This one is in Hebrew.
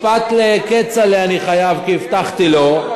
משפט לכצל'ה אני חייב, כי הבטחתי לו.